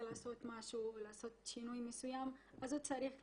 לעשות משהו או לעשות שינוי מסוים אז הוא צריך לשבת,